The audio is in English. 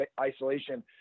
isolation